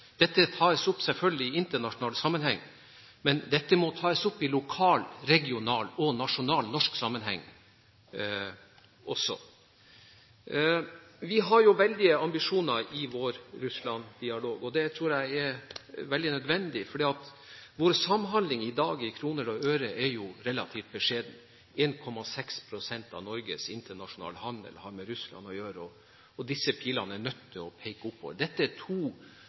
Dette tas selvfølgelig opp i internasjonal sammenheng, men dette må tas opp i lokal, regional og nasjonal norsk sammenheng også. Vi har veldige ambisjoner i vår Russland-dialog, og det tror jeg er veldig nødvendig, for vår samhandling i kroner og øre i dag er jo relativt beskjeden: 1,6 pst. av Norges internasjonale handel har med Russland å gjøre, og disse pilene er nødt til å peke oppover. Dette er to